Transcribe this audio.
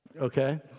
Okay